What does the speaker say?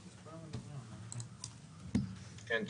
כן.